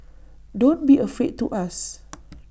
don't be afraid to ask